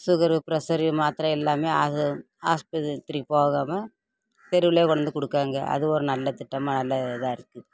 sugar pressure மாத்திரை எல்லாமே ஆக ஆஸ்பத்திரி போகாமல் தெருவுலேயே கொண்டாந்து கொடுக்குறாங்க அது ஒரு நல்ல திட்டமாக நல்லா இதாக இருக்குது